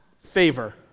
favor